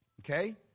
Okay